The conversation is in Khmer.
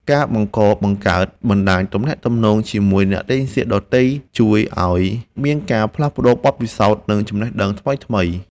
ការបង្កបង្កើតបណ្តាញទំនាក់ទំនងជាមួយអ្នកលេងសៀកដទៃជួយឱ្យមានការផ្លាស់ប្តូរបទពិសោធន៍ និង ចំណេះដឹងថ្មីៗ។